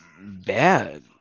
bad